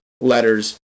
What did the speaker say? letters